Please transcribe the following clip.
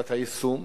ועדת היישום,